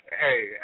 Hey